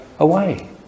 away